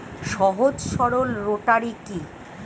সহজ সরল রোটারি কি?